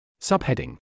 Subheading